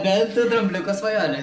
bet drambliuko svajonė